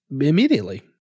immediately